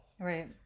right